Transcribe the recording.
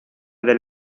del